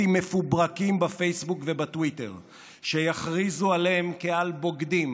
מפוברקים בפייסבוק ובטוויטר שיכריזו עליהם כעל בוגדים,